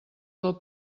del